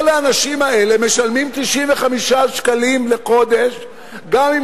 כל האנשים האלה משלמים 95 שקלים לחודש גם אם